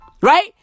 Right